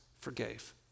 forgave